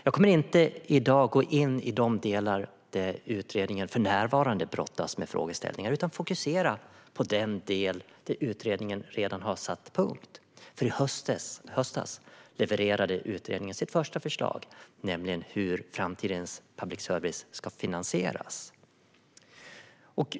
Jag kommer inte i dag att gå in på de delar där utredningen för närvarande brottas med frågeställningar utan fokusera på den del där utredningen redan har satt punkt. I höstas levererade utredningen nämligen sitt första förslag; det gäller hur framtidens public service ska finansieras.